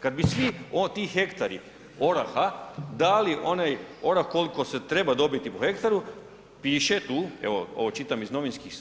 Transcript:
Kada bi svi ti hektari oraha dali onaj orah koliko se treba dobiti po hektaru, piše tu, evo ovo čitam iz novinskih